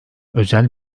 özel